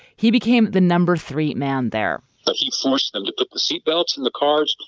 he became the number three man there but he forced them to put the seatbelts in the cars,